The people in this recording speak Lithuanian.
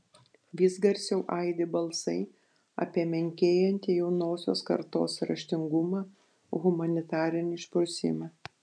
vis garsiau aidi balsai apie menkėjantį jaunosios kartos raštingumą humanitarinį išprusimą